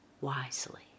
wisely